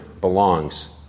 belongs